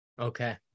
Okay